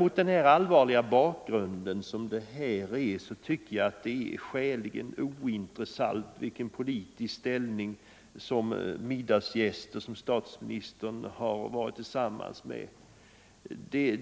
Mot den här allvarliga bakgrunden tycker jag att det är skäligen ointressant vilken politisk ställning en person har som statsministern ätit middag tillsammans med.